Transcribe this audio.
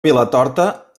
vilatorta